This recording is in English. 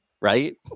right